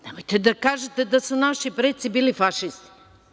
Nemojte da kažete da su naši preci bili fašisti.